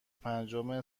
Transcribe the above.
پنجم